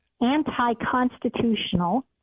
anti-constitutional